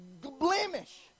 blemish